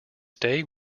stay